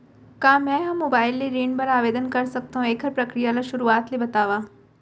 का मैं ह मोबाइल ले ऋण बर आवेदन कर सकथो, एखर प्रक्रिया ला शुरुआत ले बतावव?